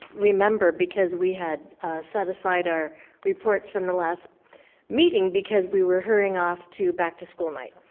remember, because we had set aside our reports from the last meeting because we were hurrying off to back to school night.